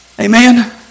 Amen